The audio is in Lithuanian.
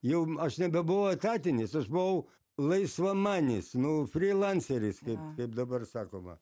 jau m aš nebebuvau etatinis aš buvau laisvamanis nu frylanceris kaip kaip dabar sakoma